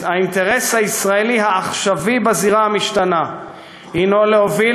האינטרס הישראלי העכשווי בזירה המשתנה הנו להוביל